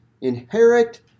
inherit